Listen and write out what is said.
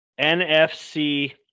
NFC